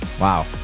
Wow